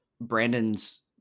Brandon's